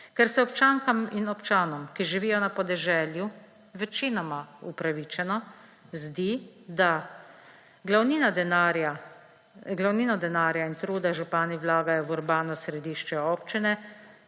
Ker se občankam in občanom, ki živijo na podeželju, večinoma upravičeno zdi, da glavnino denarja in truda župani vlagajo v urbano središče občine,